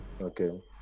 Okay